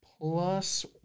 plus